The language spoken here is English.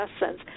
lessons